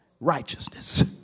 Righteousness